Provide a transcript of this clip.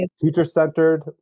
teacher-centered